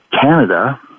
Canada